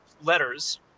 Letters